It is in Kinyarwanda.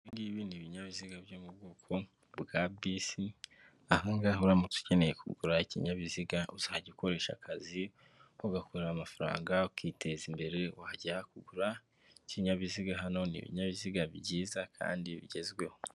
Hari n'ibindi binyabiziga byo mu bwoko bwa bisi ahangaha uramutse ukeneye kugura ikinyabiziga uzajya ukoresha akazi ugakorera amafaranga ukiteza imbere wajya kugura ikinyabiziga hano ni ibinyabiziga byiza kandi bigezweho.